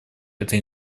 этой